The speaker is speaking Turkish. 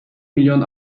milyon